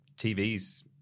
TV's